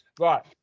Right